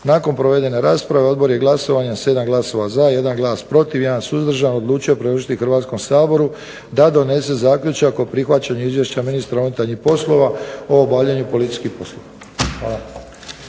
Nakon provedene rasprave odbor je glasovanjem 7 glasova za, 1 glas protiv, 1 suzdržan odlučio predložiti Hrvatskom saboru da donese zaključak o prihvaćanju izvješća ministra unutarnjih poslova o obavljanju policijskih poslova.